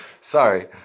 Sorry